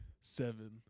seven